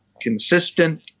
consistent